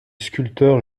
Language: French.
sculpteur